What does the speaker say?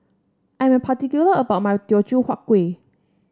I am particular about my Teochew Huat Kuih